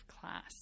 class